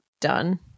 done